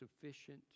sufficient